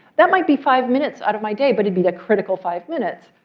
that might be five minutes out of my day, but it'd be the critical five minutes.